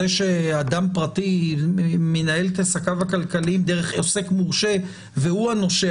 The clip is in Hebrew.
זה באדם פרטי מנהל את עסקיו דרך עוסק מורשה והוא הנושה,